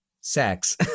sex